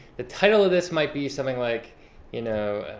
the title of this might be something like you know,